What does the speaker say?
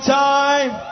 time